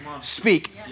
speak